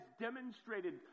demonstrated